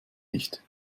nicht